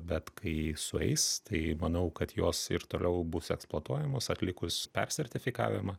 bet kai sueis tai manau kad jos ir toliau bus eksploatuojamos atlikus persertifikavimą